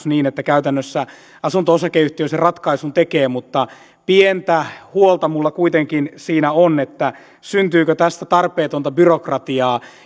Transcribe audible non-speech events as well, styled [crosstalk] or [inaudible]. [unintelligible] niin että käytännössä asunto osakeyhtiö sen ratkaisun tekee mutta pientä huolta minulla kuitenkin siinä on syntyykö tästä tarpeetonta byrokratiaa